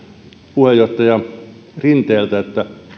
puheenjohtaja rinteeltä